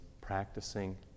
practicing